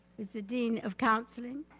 is the dean of counseling.